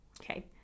Okay